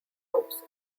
ropes